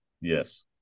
Yes